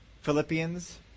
Philippians